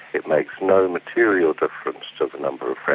it makes no material difference to the number of